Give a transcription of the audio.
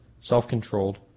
self-controlled